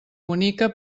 bonica